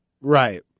Right